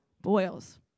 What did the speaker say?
Boils